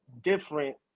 different